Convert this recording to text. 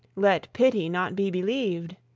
let pity not be believ'd